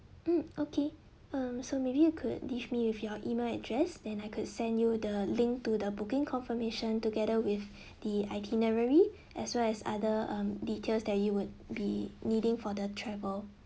mm okay um so maybe you could leave me with your email address than I could send you the link to the booking confirmation together with the itinerary as well as other um details that you would be needing for the travel